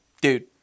dude